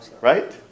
Right